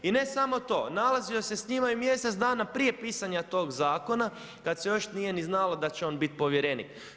I ne samo to, nalazio s njima i mjesec dana prije pisanja tog zakona, kad se još nije znalo da će on biti povjerenik.